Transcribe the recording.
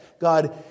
God